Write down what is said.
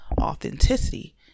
authenticity